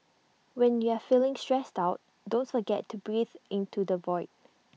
when you are feeling stressed out don't forget to breathe into the void